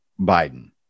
biden